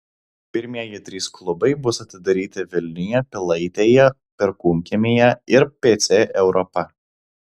pirmieji trys klubai bus atidaryti vilniuje pilaitėje perkūnkiemyje ir pc europa